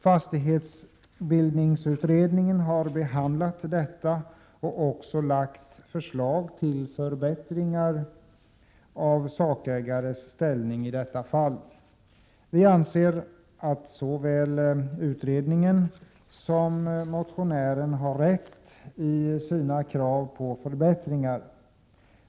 Fastighetsbildningsutredningen har behandlat detta och lagt fram förslag till förbättringar av sakägares ställning i detta fall. Vi anser att såväl utredningen som motionären har rätt i sina krav på förbättringar.